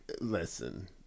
Listen